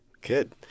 Good